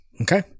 Okay